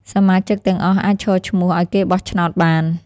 សមាជិកទាំងអស់អាចឈរឈ្មោះឱ្យគេបោះឆ្នោតបាន។